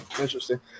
interesting